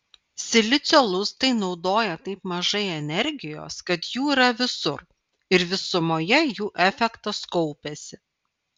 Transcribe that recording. silicio lustai naudoja taip mažai energijos kad jų yra visur ir visumoje jų efektas kaupiasi